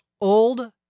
old